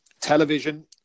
television